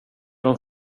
dem